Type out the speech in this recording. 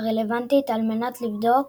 הרלוונטית על מנת לבדוק